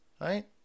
right